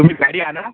तुम्ही गाडी आणा